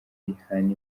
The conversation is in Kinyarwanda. bihana